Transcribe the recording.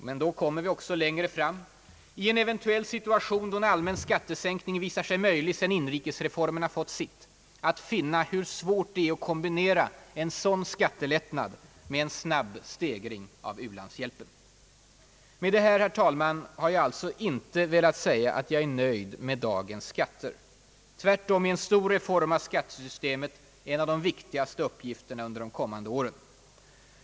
Men då kommer vi också längre fram — i en eventuell situation då en allmän skattesänkning visar sig möjlig sedan inrikesreformerna fått sitt — att finna hur svårt det är att kombinera en sådan skattelättnad med en snabb stegring av u-landshjälpen. Med det här har jag alltså inte velat säga att jag är nöjd med dagens skatter — tvärtom är en stor reform av skattesystemet en av de viktigaste uppgifterna under de kommande åren.